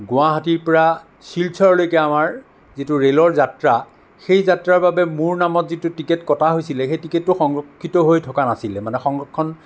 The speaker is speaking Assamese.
গুৱাহাটীৰ পৰা শিলচৰলৈকে আমাৰ যিটো ৰে'লৰ যাত্ৰা সেই যাত্ৰাৰ বাবে মোৰ নামত যিটো টিকট কটা হৈছিল সেই টিকটটো সংৰক্ষিত হৈ থকা নাছিল মানে সংৰক্ষণ